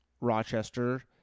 Rochester